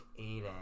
aiden